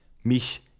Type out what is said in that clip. mich